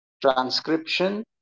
transcription